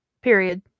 Period